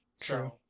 true